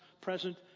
present